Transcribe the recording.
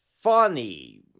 funny